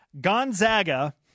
Gonzaga